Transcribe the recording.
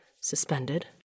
Suspended